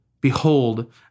Behold